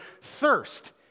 thirst